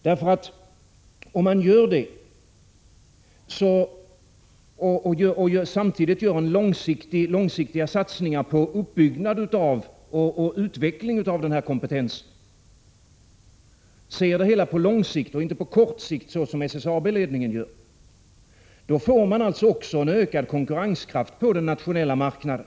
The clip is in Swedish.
Gör man det och samtidigt gör långsiktiga satsningar på uppbyggnad och utveckling av denna kompetens, ser det hela på lång sikt och inte på kort sikt som SSAB gör, får man också en ökad konkurrenskraft på den nationella marknaden.